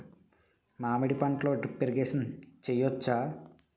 మామిడి పంటలో drip irrigation చేయచ్చా?